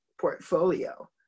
portfolio